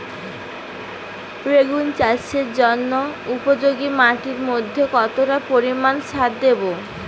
বেগুন চাষের জন্য উপযোগী মাটির মধ্যে কতটা পরিমান সার দেব?